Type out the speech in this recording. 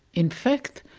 in fact,